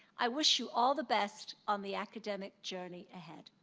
i wish you all the best on the academic journey ahead.